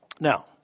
Now